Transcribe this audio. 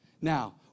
Now